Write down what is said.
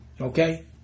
Okay